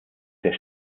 der